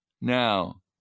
Now